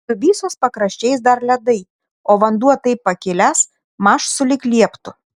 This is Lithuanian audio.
dubysos pakraščiais dar ledai o vanduo taip pakilęs maž sulig lieptu